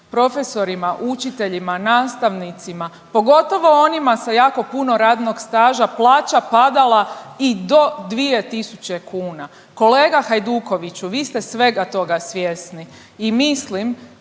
profesorima, učiteljima, nastavnicima, pogotovo onima sa jako puno radnog staža plaća padala i do 2 tisuće kuna. Kolega Hajdukoviću, vi ste svega toga svjesni i mislim